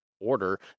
order